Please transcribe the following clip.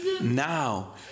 Now